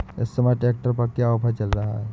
इस समय ट्रैक्टर पर क्या ऑफर चल रहा है?